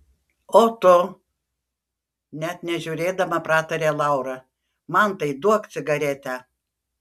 o tu net nežiūrėdama pratarė laura mantai duok cigaretę